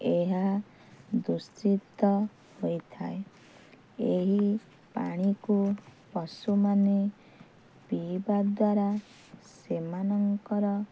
ଏହା ଦୂଷିତ ହୋଇଥାଏ ଏହି ପାଣିକୁ ପଶୁମାନେ ପିଇବା ଦ୍ୱାରା ସେମାନଙ୍କର